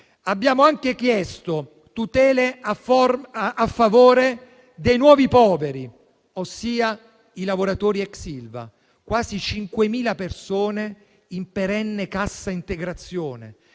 Abbiamo anche chiesto tutele a favore dei nuovi poveri ossia i lavoratori ex Ilva, quasi 5.000 persone in perenne cassa integrazione,